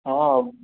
ହଁ